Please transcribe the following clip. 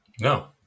No